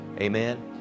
Amen